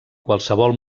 qualsevol